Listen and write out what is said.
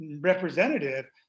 representative